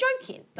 joking